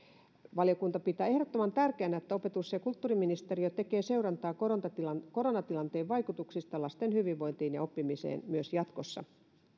valiokunta pitää ehdottoman tärkeänä että opetus ja kulttuuriministeriö tekee seurantaa koronatilanteen koronatilanteen vaikutuksista lasten hyvinvointiin ja oppimiseen myös jatkossa